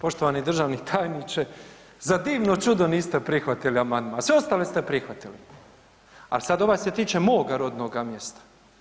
Poštovani državni tajniče, za divno čudo niste prihvatili amandman, a sve ostale ste prihvatili, al sad ovaj što se tiče moga rodnoga mjesta.